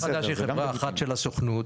אופק חדש היא חברה אחת של הסוכנות,